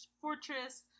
fortress